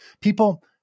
People